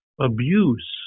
abuse